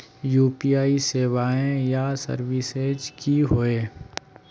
UPI सेवाएँ या services की होय?